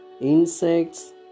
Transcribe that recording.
insects